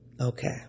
Okay